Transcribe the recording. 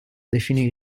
definì